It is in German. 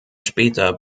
später